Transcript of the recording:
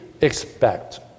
expect